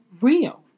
real